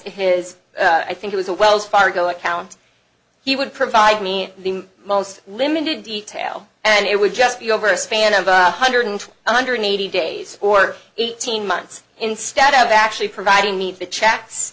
his i think it was a wells fargo account he would provide me the most limited detail and it would just be over a span of a hundred and one hundred eighty days or eighteen months instead of actually providing meet the checks